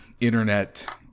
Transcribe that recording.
internet